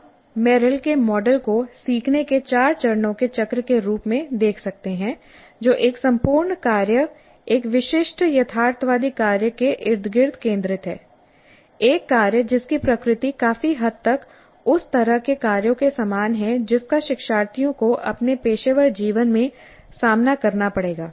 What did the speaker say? हम मेरिल के मॉडल को सीखने के चार चरणों के चक्र के रूप में देख सकते हैं जो एक संपूर्ण कार्यएक विशिष्ट यथार्थवादी कार्य के इर्द गिर्द केंद्रित है एक कार्य जिसकी प्रकृति काफी हद तक उस तरह के कार्यों के समान है जिसका शिक्षार्थियों को अपने पेशेवर जीवन में सामना करना पड़ेगा